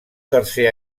tercer